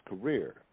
career